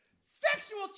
Sexual